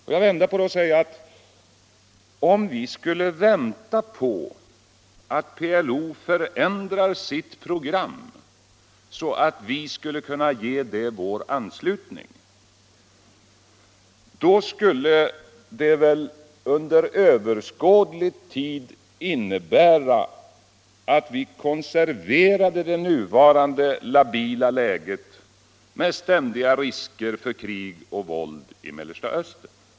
Får jag vända på det och säga att om vi skulle vänta på att PLO förändrar sitt program, så att vi kunde ge det vår anslutning innan de kan få delta i överläggningar, skulle det väl under överskådlig tid innebära att vi konserverade det nuvarande labila läget med ständiga risker för krig och våld i Mellersta Östern.